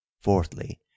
fourthly